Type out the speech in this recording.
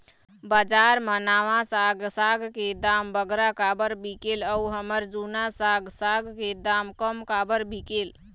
बजार मा नावा साग साग के दाम बगरा काबर बिकेल अऊ हमर जूना साग साग के दाम कम काबर बिकेल?